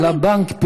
לבנק,